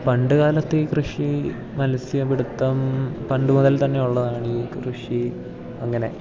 പണ്ട് കാലത്ത് ഈ കൃഷി മത്സ്യ പിടുത്തം പണ്ട് മുതൽ തന്നെ ഉള്ളതാണ് ഈ കൃഷി അങ്ങനെ